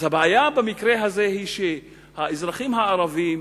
הבעיה במקרה הזה היא שהאזרחים הערבים